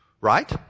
Right